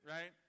Right